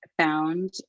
found